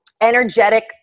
energetic